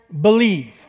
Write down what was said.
believe